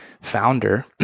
founder